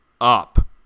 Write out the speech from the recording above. up